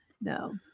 No